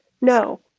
No